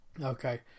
Okay